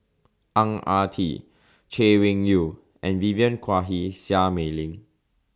Ang Ah Tee Chay Weng Yew and Vivien Quahe Seah Mei Lin